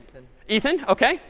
ethan. ok.